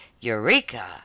Eureka